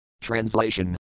Translation